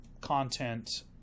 content